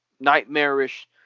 nightmarish